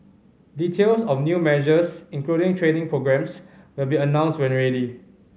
details of new measures including training programmes will be announced when ready